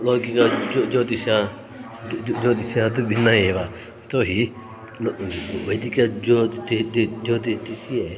लौकिकं ज् ज्योतिषं तु ज्यो ज्योतिषात् भिन्नम् एव यतो हि वैदिकं ज्यो ज्योतिष्ये